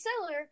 seller